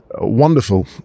wonderful